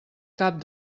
cap